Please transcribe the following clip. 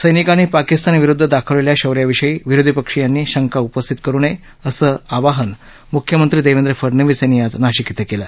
सत्तिकांनी पाकिस्तान विरुद्ध दाखवलेल्या शौर्याविषयी विरोधी पक्षीयांनी शंका घेऊ नये असं आवाहन मुख्यमंत्री देवेंद्र फडणवीस यांनी आज नाशिक क्रि केलं